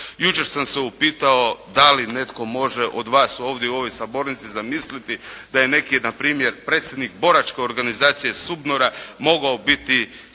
Jučer sam se upitao da li netko može od vas ovdje u ovoj sabornici zamisliti da je negdje na primjer predsjednik boračke organizacije SUBNOR-a mogao biti